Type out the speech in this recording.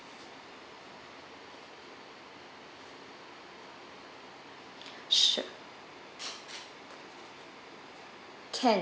sure can